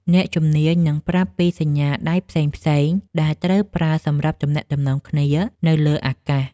អ្នកជំនាញនឹងប្រាប់ពីសញ្ញាដៃផ្សេងៗដែលត្រូវប្រើសម្រាប់ទំនាក់ទំនងគ្នានៅលើអាកាស។